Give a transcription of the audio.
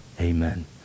Amen